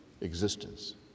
existence